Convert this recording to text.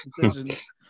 decisions